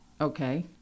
Okay